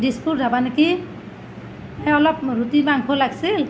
দিছপুৰ ধাবা নেকি এ অলপ ৰুটি মাংস লাগিছিল